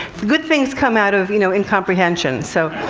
good things come out of, you know, incomprehension so